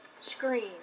screen